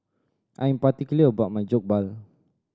I am particular about my Jokbal